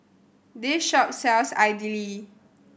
this shop sells idly